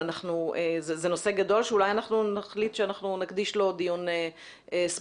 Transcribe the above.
זה נושא גדול שאולי אנחנו נחליט שאנחנו נקדיש לו דיון ספציפי.